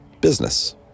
business